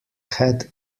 had